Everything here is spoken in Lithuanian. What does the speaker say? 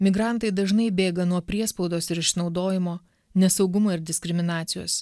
migrantai dažnai bėga nuo priespaudos ir išnaudojimo nesaugumo ir diskriminacijos